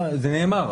זה נאמר.